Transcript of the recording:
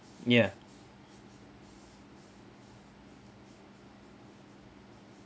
ya